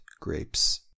grapes